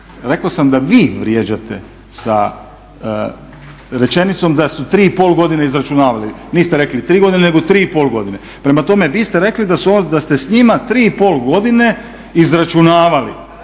Rekao sam da vi vrijeđate sa rečenicom da su tri i pol godine izračunavali. Niste rekli tri godine, nego tri i pol godine. Prema tome, vi ste rekli da ste s njima tri i pol godine izračunavali.